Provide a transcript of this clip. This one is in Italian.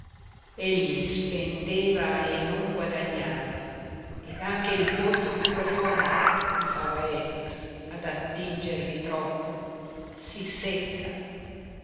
inquietudini egli spendeva e non guadagnava ed anche il pozzo piú profondo pensava efix ad attingervi troppo si secca